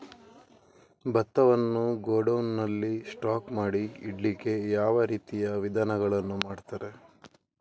ಭತ್ತವನ್ನು ಗೋಡೌನ್ ನಲ್ಲಿ ಸ್ಟಾಕ್ ಮಾಡಿ ಇಡ್ಲಿಕ್ಕೆ ಯಾವ ರೀತಿಯ ವಿಧಾನಗಳನ್ನು ಮಾಡ್ತಾರೆ?